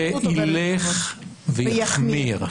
זה יילך ויחמיר.